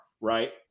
right